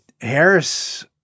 Harris